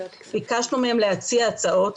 ביקשנו מהם להציע הצעות.